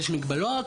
יש מגבלות.